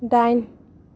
दाइन